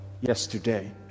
yesterday